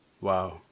Wow